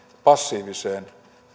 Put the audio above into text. passiiviseen